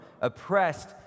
oppressed